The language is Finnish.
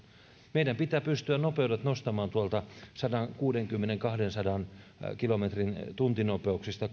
meidän pitää pystyä nostamaan nopeudet sadankuudenkymmenen viiva kahdensadan kilometrin tuntinopeuksista